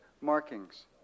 markings